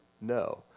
no